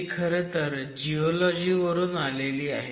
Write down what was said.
ती खरं तर जिओलॉजी वरून आली आहे